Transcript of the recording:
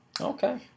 Okay